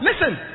Listen